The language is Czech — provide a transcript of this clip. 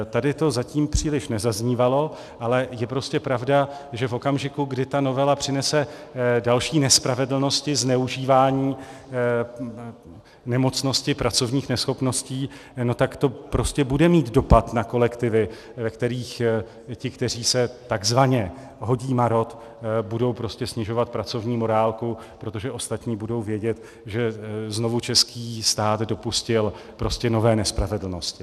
Tady to zatím příliš nezaznívalo, ale je prostě pravda, že v okamžiku, kdy ta novela přinese další nespravedlnosti, zneužívání nemocnosti, pracovních neschopností, tak to bude mít dopad na kolektivy, ve kterých ti, kteří se takzvaně hodí marod, budou snižovat pracovní morálku, protože ostatní budou vědět, že znovu český stát dopustil nové nespravedlnosti.